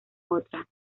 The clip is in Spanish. otra